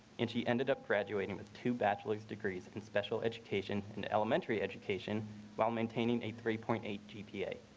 and she ended up graduating with two bachelor's degrees and special education and elementary education while maintaining a three point eight gpa.